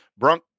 Brunk